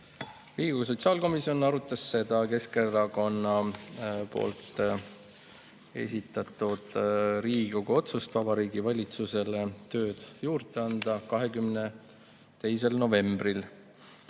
Riigikogu sotsiaalkomisjon arutas seda Keskerakonna esitatud Riigikogu otsust Vabariigi Valitsusele tööd juurde anda 22. novembril.